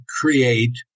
create